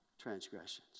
transgressions